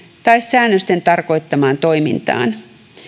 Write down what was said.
tai säännösten tarkoittamaan toimintaan